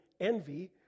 envy